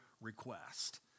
request